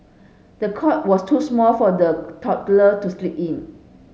the cot was too small for the toddler to sleep in